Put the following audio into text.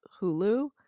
hulu